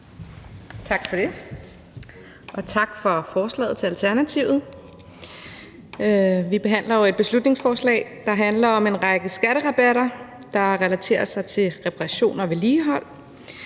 Tak for det, og tak til Alternativet for forslaget. Vi behandler et beslutningsforslag, der handler om en række skatterabatter, der relaterer sig til reparation og vedligehold.